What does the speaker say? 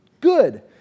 good